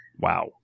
Wow